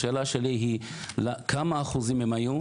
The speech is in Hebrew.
השאלה שלי היא כמה אחוזים הם היו.